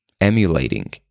emulating